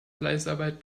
fleißarbeit